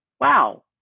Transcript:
wow